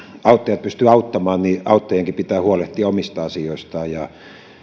auttajat pystyvät auttamaan niin auttajienkin pitää huolehtia omista asioistaan ja